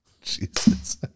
Jesus